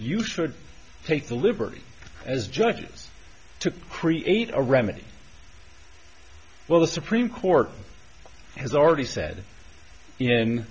you should take the liberty as judges to create a remedy well the supreme court has already said in